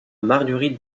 marguerite